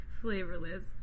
Flavorless